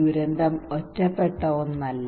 ദുരന്തം ഒറ്റപ്പെട്ട ഒന്നല്ല